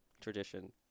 tradition